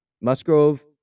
Musgrove